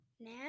Now